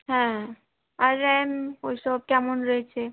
হ্যাঁ আর র্যাম ওইসব কেমন রয়েছে